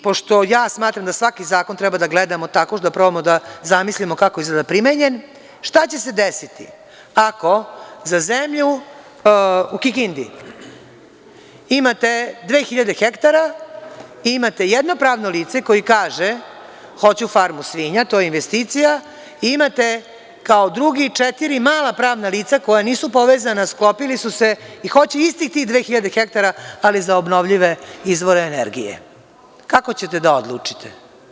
Pošto ja smatram da svaki zakon treba da gledamo tako da probamo da zamislimo kako izgleda primenjen, šta će se desiti, ako za zemlju u Kikindi imate 2.000 hektara i imate jedno pravno lice koje kaže – hoću farmu svinja, to je investicija i imate kao drugi, četiri mala pravna lica koja nisu povezana, a sklopili su se i hoće tih istih 2.000 hektara, ali za obnovljive izvore energije i kako ćete da odlučite?